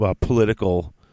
political